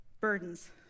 burdens